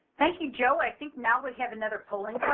thank you, joe. i think now we have another polling.